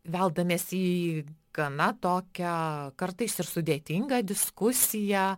veldamiesi į gana tokią kartais ir sudėtingą diskusiją